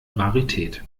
rarität